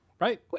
right